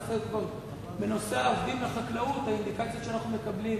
בנושא העובדים בחקלאות האינדיקציות שאנחנו מקבלים